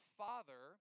father